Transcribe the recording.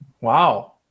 wow